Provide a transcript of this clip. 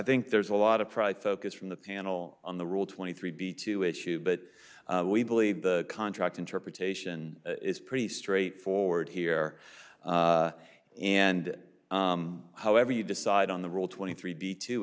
think there's a lot of pride focus from the panel on the rule twenty three b two issue but we believe the contract interpretation is pretty straightforward here and however you decide on the rule twenty three b to